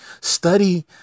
Study